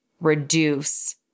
reduce